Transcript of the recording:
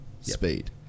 speed